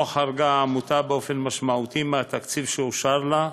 שבו חרגה העמותה באופן משמעותי מהתקציב שאושר לה,